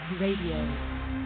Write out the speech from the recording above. radio